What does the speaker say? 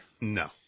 No